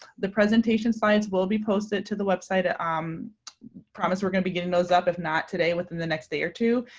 the presentation sites will be posted to the website. i ah um promise we're going to be getting those up, if not today, within the next day or two.